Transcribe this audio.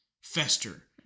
fester